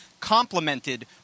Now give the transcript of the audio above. Complemented